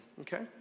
Okay